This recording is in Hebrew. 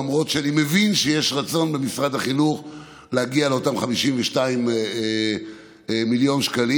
למרות שאני מבין שיש רצון במשרד החינוך להגיע לאותם 52 מיליון שקלים.